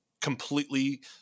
completely